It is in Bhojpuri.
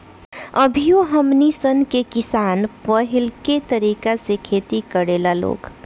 अभियो हमनी सन के किसान पाहिलके तरीका से खेती करेला लोग